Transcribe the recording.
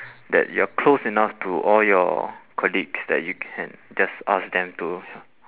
that you are close enough to all your colleagues that you can just ask them to